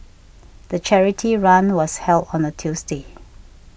the charity run was held on a Tuesday